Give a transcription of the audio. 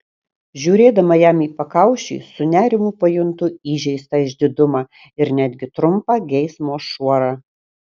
žiūrėdama jam į pakaušį su nerimu pajuntu įžeistą išdidumą ir netgi trumpą geismo šuorą